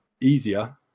easier